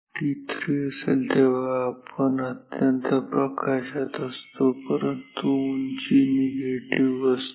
t3 असेल जेव्हा आपण अत्यंत प्रकाशात असतो परंतु उंची निगेटिव्ह असते